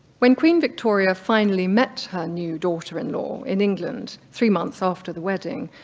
when queen victoria finally met her new daughter-in-law in england three months after the wedding,